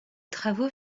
travaux